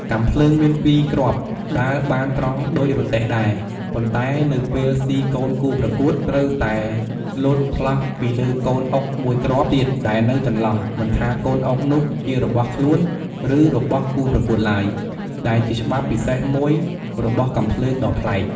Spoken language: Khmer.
កាំភ្លើង មានពីរគ្រាប់ ដើរបានត្រង់ដូចរទេះដែរ ប៉ុន្តែនៅពេលស៊ីកូនគូប្រកួត ត្រូវតែលោតផ្លោះពីលើកូនអុកមួយគ្រាប់ទៀតដែលនៅចន្លោះ មិនថាកូនអុកនោះជារបស់ខ្លួន ឬរបស់គូប្រកួតឡើយ ដែលជាច្បាប់ពិសេសមួយរបស់កាំភ្លើងដ៏ប្លែក។